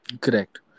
correct